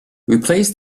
replace